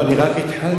לא, אני רק התחלתי.